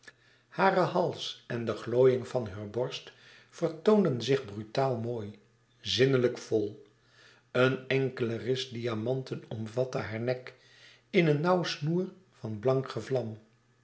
hare hals en de glooiing van heur borst vertoonden zich brutaal mooi zinnelijk vol een enkele ris diamanten omvatte haar nek in een nauw snoer van blank gevlam